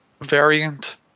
variant